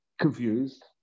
confused